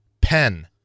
Pen